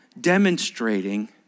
demonstrating